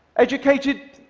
educated,